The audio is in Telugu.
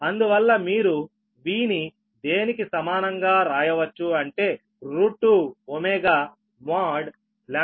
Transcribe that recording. అందువల్ల మీరు V ని దేనికి సమానంగా రాయవచ్చు అంటే 2 ω mod λ12